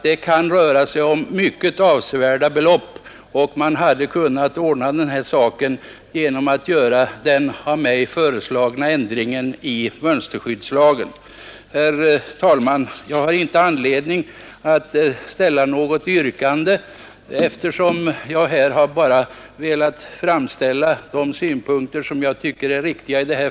Det kan röra sig om mycket avsevärda belopp, och man hade kunnat ordna den här saken genom att göra den av mig föreslagna ändringen i mönsterskyddslagen. Herr talman! Jag har inte anledning att ställa något yrkande. Jag har bara velat framföra de synpunkter som jag tycker är riktiga.